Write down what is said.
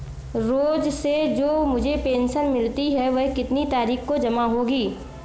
रोज़ से जो मुझे पेंशन मिलती है वह कितनी तारीख को जमा होगी?